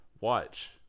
Watch